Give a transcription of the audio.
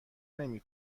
نمی